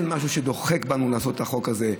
אין משהו שדוחק בנו לעשות את החוק הזה.